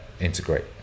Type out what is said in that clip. integrate